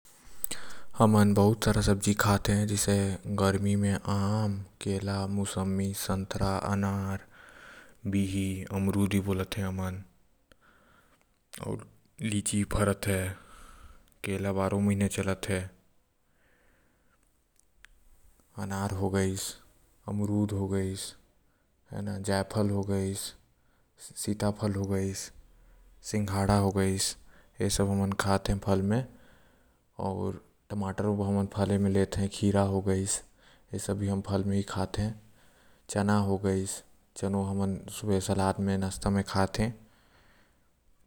हमन बहुत सारा सब्जी खाते जैसे आम केला अनार मौसंबी अमरूद लीची संतरा हो गइस सीताफल हो गइस सिंघाड़ा हो गइस त ए सब हमन खाती फल म आऊ बोलूं तो टमाटर ल भी फल म लेते हैं अउर खीरा हो गइस। ऐसने सब फल हैव।